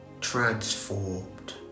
transformed